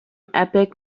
epic